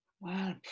Wow